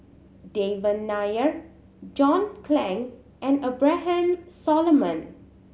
Devan Nair John Clang and Abraham Solomon